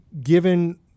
given